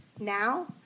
Now